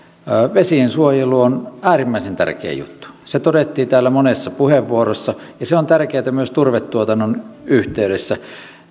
vesiensuojelu on äärimmäisen tärkeä juttu se todettiin täällä monessa puheenvuorossa ja se on tärkeätä myös turvetuotannon yhteydessä